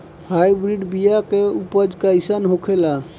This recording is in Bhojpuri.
हाइब्रिड बीया के उपज कैसन होखे ला?